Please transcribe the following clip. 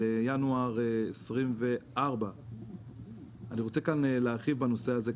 על ינואר 2024. אני רוצה להרחיב קצת בנושא הזה,